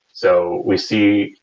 so we see,